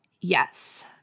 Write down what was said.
yes